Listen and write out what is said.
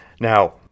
Now